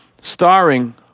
Starring